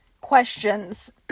questions